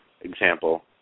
example